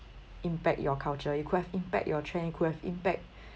impact your culture it could have impact your trend it could have impact